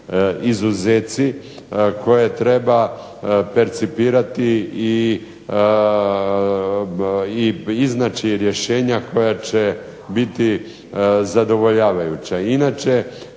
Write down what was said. izuzeci koje treba percipirati i iznaći rješenja koja će biti zadovoljavajuća. Inače